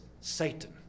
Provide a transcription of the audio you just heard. Satan